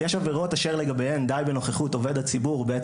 "יש עבירות אשר לגביהן די בנוכחות עובד הציבור בעת